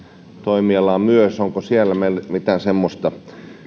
toimialaa onko meille siellä mitään semmoista